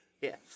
Yes